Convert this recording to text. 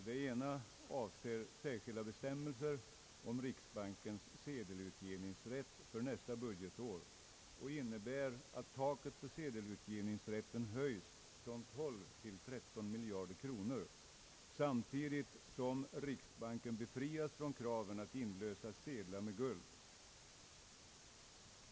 Det ena avser särskilda bestämmelser om riksbankens sedelutgivningsrätt för nästa budgetår och innebär att taket på sedelutgivningsrätten höjs från 12 till 13 miljarder kronor, samtidigt som riksbanken befrias från kravet att inlösa sedlar med guld.